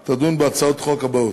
ולשוויון מגדרי תדון בהצעות החוק האלה: